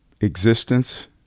existence